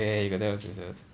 ya you got tell us you got tell us